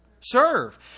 Serve